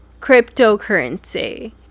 cryptocurrency